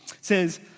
says